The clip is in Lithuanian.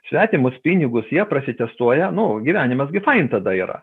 svetimus pinigus jie prasitestuoja nu gyvenimas gi fain tada yra